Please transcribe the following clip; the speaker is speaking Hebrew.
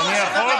אני יכול,